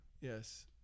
Yes